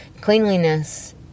cleanliness